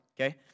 Okay